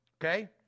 okay